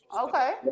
okay